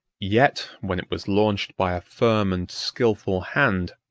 yet when it was launched by a firm and skilful hand,